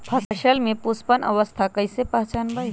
फसल में पुष्पन अवस्था कईसे पहचान बई?